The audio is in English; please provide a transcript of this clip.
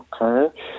Okay